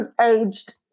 aged